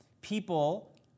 people